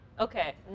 Okay